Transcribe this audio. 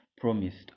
promised